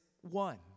one